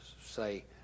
say